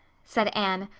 said anne,